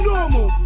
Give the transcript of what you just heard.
Normal